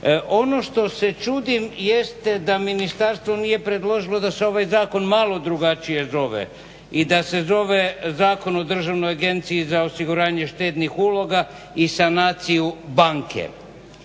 Ono što se čudim jeste da ministarstvo nije predložio da se ovaj zakon malo drugačije zove i da se zove zakon o državnoj agenciji za osiguranje štednih uloga i sanaciju banke.